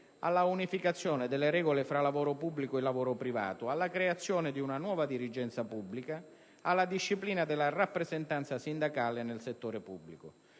alla unificazione delle regole tra lavoro pubblico e lavoro privato, alla creazione di una nuova dirigenza pubblica, alla disciplina della rappresentanza sindacale nel settore pubblico.